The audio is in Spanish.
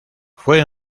fue